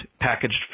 packaged